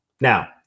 Now